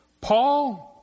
Paul